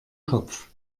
kopf